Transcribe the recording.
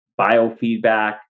biofeedback